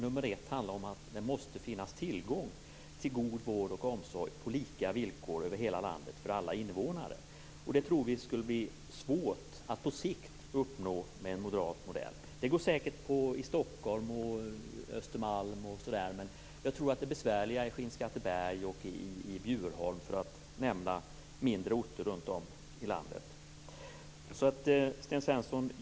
Nummer ett handlar om att det måste finnas tillgång till god vård och omsorg på lika villkor över hela landet för alla invånare. Vi tror att det skulle bli svårt att uppnå det på sikt med en moderat modell. Det går säkert att uppnå det på Östermalm i Stockholm, men jag tror att det är besvärligare i Skinnskatteberg och Bjurholm, för att nämna några mindre orter runt om i landet.